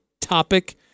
topic